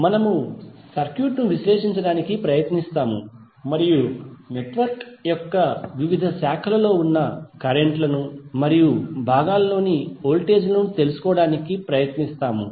మనము సర్క్యూట్ను విశ్లేషించడానికి ప్రయత్నిస్తాము మరియు నెట్వర్క్ యొక్క వివిధ బ్రాంచ్ లలో ఉన్న కరెంట్ లను మరియు భాగాలలోని వోల్టేజ్ ను తెలుసుకోవడానికి ప్రయత్నిస్తాము